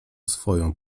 swoją